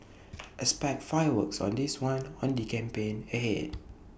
expect fireworks on this one in the campaign ahead